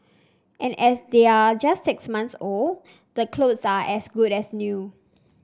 and as they're just six months old the clothes are as good as new